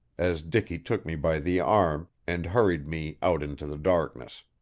as dicky took me by the arm and hurried me out into the darkness.